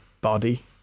body